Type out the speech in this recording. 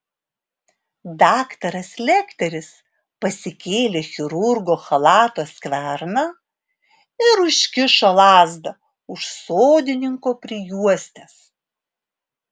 daktaras lekteris pasikėlė chirurgo chalato skverną ir užkišo lazdą už sodininko prijuostės